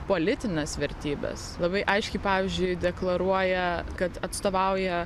politines vertybes labai aiškiai pavyzdžiui deklaruoja kad atstovauja